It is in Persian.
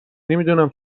نمیدونم